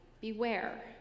Beware